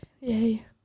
yay